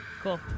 Cool